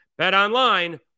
BetOnline